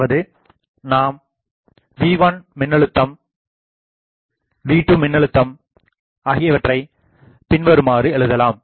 அதாவது நாம் V1 மின்னழுத்தம்V2 மின்னழுத்தம் ஆகியவற்றை பின்வருமாறு எழுதலாம்